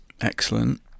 Excellent